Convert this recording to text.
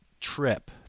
trip